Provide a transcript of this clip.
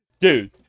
Dude